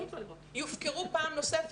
יופקרו פעם נוספת.